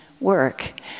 work